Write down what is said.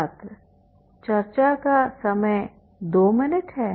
छात्र चर्चा का समय २ मिनट है